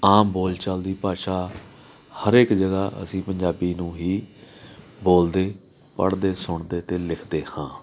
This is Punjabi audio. ਆਮ ਬੋਲ ਚਾਲ ਦੀ ਭਾਸ਼ਾ ਹਰੇਕ ਜਗ੍ਹਾ ਅਸੀਂ ਪੰਜਾਬੀ ਨੂੰ ਹੀ ਬੋਲਦੇ ਪੜ੍ਹਦੇ ਸੁਣਦੇ ਅਤੇ ਲਿਖਦੇ ਹਾਂ